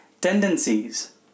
tendencies